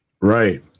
Right